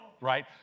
right